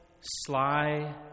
sly